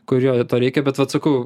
kur jo to reikia bet vat sakau